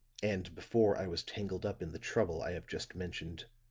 and before i was tangled up in the trouble i have just mentioned.